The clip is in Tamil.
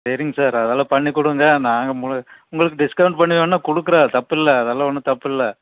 சரிங்க சார் அதெல்லாம் பண்ணிக்கொடுங்க நாங்கள் உங்களுக்கு டிஸ்கவுண்ட் பண்ணி வேணால் கொடுக்குறோம் தப்பில்லை அதெல்லாம் ஒன்றும் தப்பில்லை